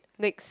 next